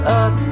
up